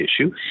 issue